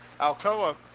Alcoa